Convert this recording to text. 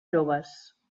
joves